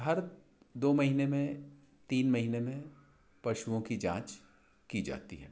हर दो महीने में तीन महीने में पशुओं की जांच की जाती है